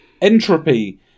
entropy